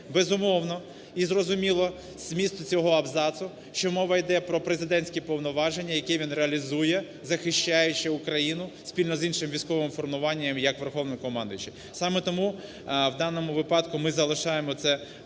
безумовно, і зрозуміло зміст цього абзацу, що мова йде про президентські повноваження, які він реалізує, захищаючи Україну, спільно з іншим військовим формуванням як Верховний головнокомандувач. Саме тому в даному випадку ми залишаємо це виключне